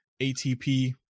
ATP